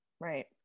Right